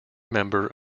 member